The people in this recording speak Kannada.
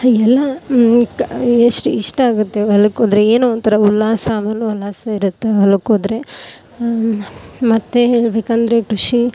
ಎಲ್ಲ ಎಷ್ಟು ಇಷ್ಟ ಆಗುತ್ತೆ ಹೊಲಕ್ಕೋದ್ರೆ ಏನೋ ಒಂಥರ ಉಲ್ಲಾಸ ಆಮೇಲೆ ಉಲ್ಲಾಸ ಇರುತ್ತೆ ಹೊಲಕ್ಕೋದರೆ ಮತ್ತು ಹೇಳಬೇಕಂದ್ರೆ ಕೃಷಿ